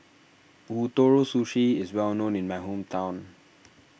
Ootoro Sushi is well known in my hometown